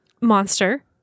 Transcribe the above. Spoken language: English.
Monster